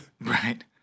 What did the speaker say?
Right